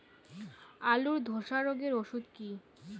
আলুর ধসা রোগের ওষুধ কি?